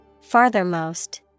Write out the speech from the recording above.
Farthermost